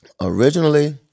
Originally